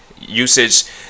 usage